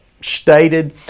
stated